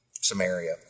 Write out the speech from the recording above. Samaria